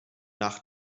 nach